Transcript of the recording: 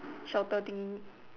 shorter thing